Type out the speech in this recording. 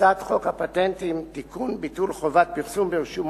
הצעת חוק הפטנטים (תיקון מס' 9) (ביטול חובת הפרסום ברשומות),